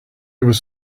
was